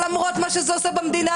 למרות מה שזה עושה במדינה,